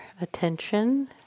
attention